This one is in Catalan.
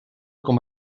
com